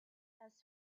has